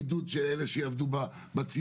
עידוד של אלה שיעבדו בציבורי,